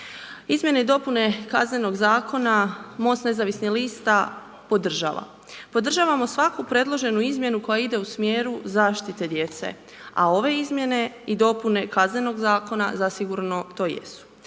Izmjene i dopune Kaznenog zakona MOST nezavisnih lista podržava. Podržavamo svaku predloženu izmjenu koja ide u smjeru zaštite djece a ove Izmjene i dopune Kaznenog zakona zasigurno to jesu.